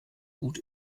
gut